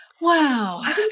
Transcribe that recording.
Wow